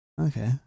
Okay